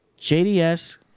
JDS